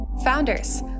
Founders